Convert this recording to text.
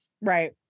Right